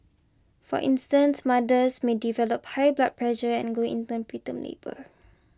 for instance mothers may develop high blood pressure and go into preterm labour